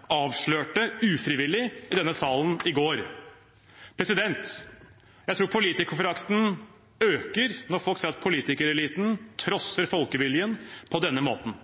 ufrivillig avslørte i denne salen i går. Jeg tror politikerforakten øker når folk ser at politikereliten trosser folkeviljen på denne måten.